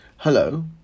Hello